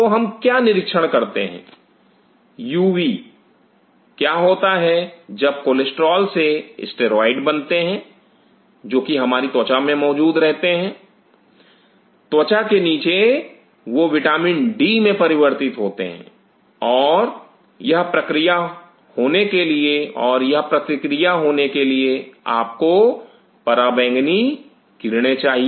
तो हम क्या निरीक्षण करते हैं यूवी क्या होता है जब कोलेस्ट्रोल से स्टेरॉइड्स बनते हैं जो कि हमारी त्वचा में मौजूद रहते हैं त्वचा के नीचे वह विटामिन डी में परिवर्तित होते हैं और यह प्रतिक्रिया होने के लिए आपको पराबैंगनी किरणें चाहिए